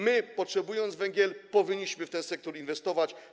My, potrzebując węgla, powinniśmy w ten sektor inwestować.